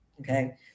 Okay